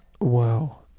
Wow